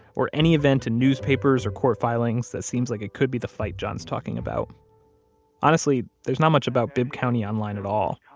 or any event in newspapers or court filings that seems like it could be the fight john is talking about honestly, there's not much about bibb county online at all.